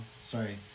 sorry